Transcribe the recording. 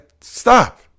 Stop